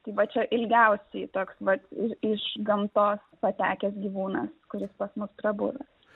tai va čia ilgiausiai toks vat iš gamtos patekęs gyvūnas kuris pas mus prabuvęs